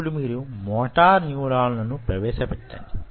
అప్పుడు మీరు మోటార్ న్యూరాన్ల ను ప్రవేశపెట్టoడి